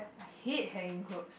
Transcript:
I hate hanging clothes